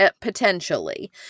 Potentially